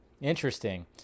Interesting